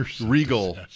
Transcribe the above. regal